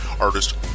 artist